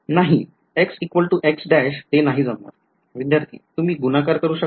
नाही ते नाही जमणार विध्यार्थी तुम्ही गुणाकार करू शकता